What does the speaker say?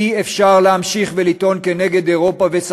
אי-אפשר להמשיך ולטעון כנגד אירופה ונגד